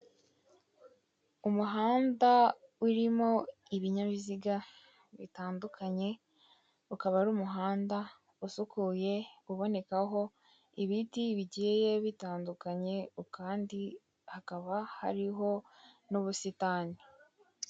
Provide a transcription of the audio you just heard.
Umuhanda urimo ibinyabiziga bitandukanye, ukaba ari umuhanda usukuye. Ubonekaho ibiti bigiye bitandukanye, kandi hakaba hariho n'ubusitani.